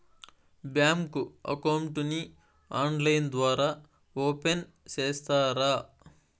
Bank account ని online ద్వారా open సేస్తారా?